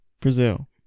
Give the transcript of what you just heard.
Brazil